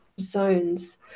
Zones